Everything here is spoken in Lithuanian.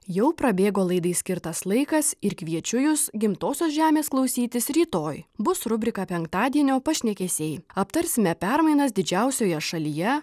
jau prabėgo laidai skirtas laikas ir kviečiu jus gimtosios žemės klausytis rytoj bus rubrika penktadienio pašnekesiai aptarsime permainas didžiausioje šalyje